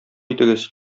итегез